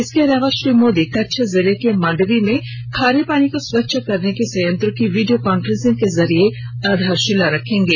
इसके अलावा श्री मोदी कच्छ जिले के मांडवी में खारे पानी को स्वच्छ करने के संयंत्र की वीडियो कांफ्रेंसिंग के जरिये आधारशिला रखेंगे